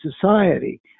society